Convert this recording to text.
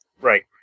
Right